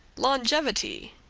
longevity,